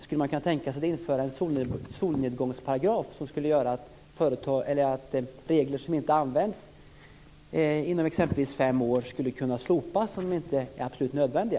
Skulle man kunna tänka sig att införa en solnedgångsparagraf som innebar att regler som inte tillämpas på fem år skulle kunna slopas, om de inte är absolut nödvändiga?